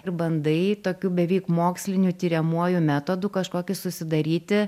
ir bandai tokiu beveik moksliniu tiriamuoju metodu kažkokį susidaryti